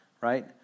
right